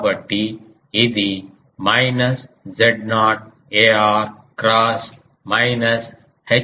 కాబట్టి ఇది minus Z0 ar cross minus Hθ aθ అవుతుంది